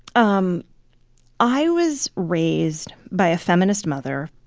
um i was raised by a feminist mother,